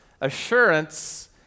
Assurance